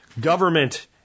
Government